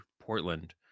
Portland